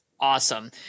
Awesome